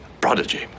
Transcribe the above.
Prodigy